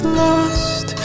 lost